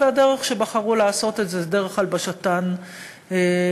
והדרך שבחרו לעשות את זה היא דרך הלבשתן במדים.